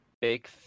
big